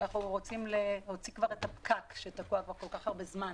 אנחנו כבר רוצים להוציא את הפקק שתקוע כל כך הרבה זמן